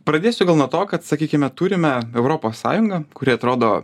pradėsiu gal nuo to kad sakykime turime europos sąjungą kuri atrodo